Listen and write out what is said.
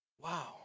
Wow